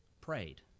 prayed